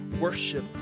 worship